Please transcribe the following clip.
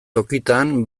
tokitan